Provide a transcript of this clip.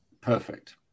Perfect